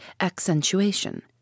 accentuation